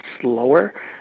slower